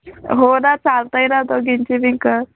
हो ना चालत आहे ना दोघींचे बी कर